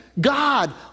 God